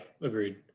agreed